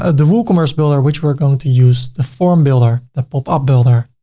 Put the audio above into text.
ah the woocommerce builder which we're going to use, the form builder, the pop-up builder.